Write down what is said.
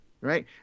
Right